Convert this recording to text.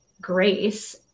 grace